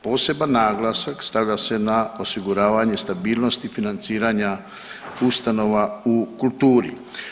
Poseban naglasak stavlja se na osiguravanje stabilnosti financiranja ustanova u kulturi.